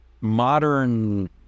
modern